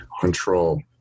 Control